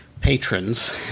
patrons